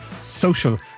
social